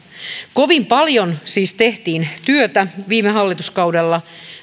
kovin paljon tehtiin työtä viime hallituskaudella